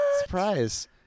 surprise